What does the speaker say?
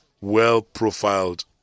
well-profiled